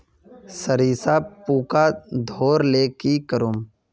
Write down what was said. सरिसा पूका धोर ले की करूम?